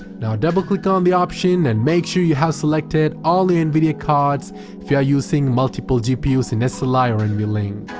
now double click on the option and make sure you have selected all your nvidia cards if you are using multiple gpus in sli or nvlink.